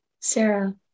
Sarah